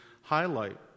highlight